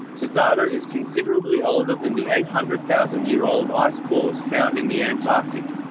the data is considerably older than the eight hundred thousand year old ice cores found in the antarctic.